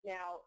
Now